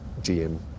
GM